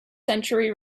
century